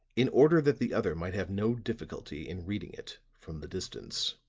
in order that the other might have no difficulty in reading it from the distance.